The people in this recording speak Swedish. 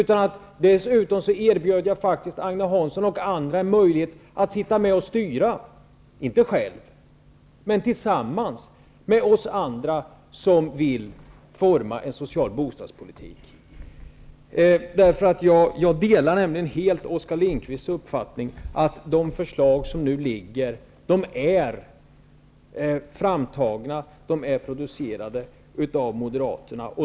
Jag erbjöd faktiskt Agne Hansson och andra en möjlighet att vara med och styra, inte själva utan tillsammans med oss andra som vill forma en social bostadspolitik. Jag delar nämligen helt Oskar Lindkvists uppfattning att de förslag som nu föreligger är framtagna av Moderaterna.